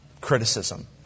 criticism